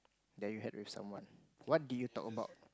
that you had with someone what did you talk about